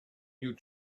new